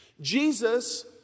Jesus